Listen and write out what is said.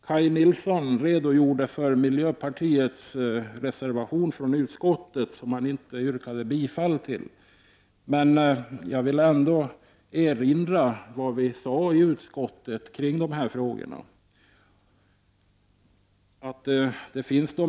Kaj Nilsson redogjorde för miljöpartiets reservation, som han emellertid inte yrkade bifall till. Jag vill ändock erinra om vad vi sade i utskottet kring de här frågorna.